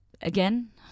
Again